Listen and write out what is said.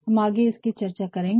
हम आगे इसकी चर्चा करेंगे